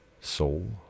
soul